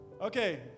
Okay